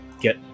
get